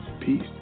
peace